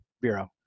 bureau